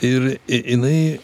ir i jinai